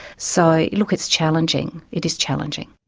so, look, it's challenging, it is challenging.